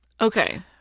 Okay